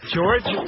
George